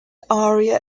aria